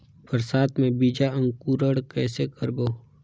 बरसात मे बीजा अंकुरण कइसे करबो?